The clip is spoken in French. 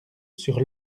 sur